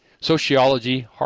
sociology